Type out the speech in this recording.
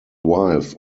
wife